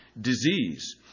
disease